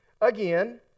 Again